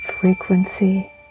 Frequency